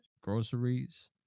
groceries